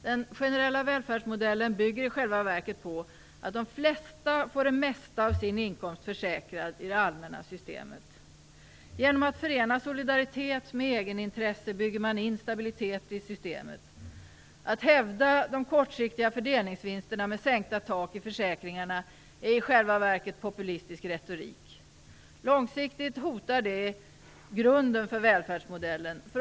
Den generella välfärdsmodellen bygger i själva verket på att de flesta får det mesta av sin inkomst försäkrat i det allmänna systemet. Genom att förena solidaritet med egenintresse bygger man in stablilitet i systemet. Att hävda de kortsiktiga fördelningsvinsterna med sänkta tak i försäkringarna är i själva verket populistisk retorik. Långsiktigt hotar det grunden för välfärdsmodellen.